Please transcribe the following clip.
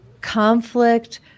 conflict